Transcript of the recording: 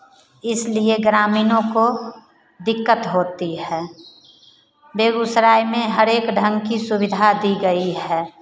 इसलिए ग्रामीणों को दिक्कत होती है बेगूसराय में हर एक ढंग की सुविधा दी गई है